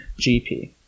GP